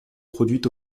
produite